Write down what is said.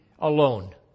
Alone